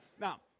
Now